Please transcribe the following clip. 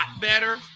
better